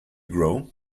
grow